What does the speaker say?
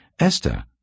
Esther